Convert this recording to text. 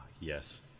Yes